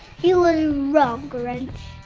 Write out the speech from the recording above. you were wrong, grinch.